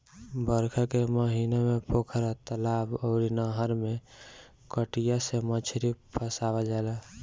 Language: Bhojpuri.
बरखा के महिना में पोखरा, तलाब अउरी नहर में कटिया से मछरी फसावल जाला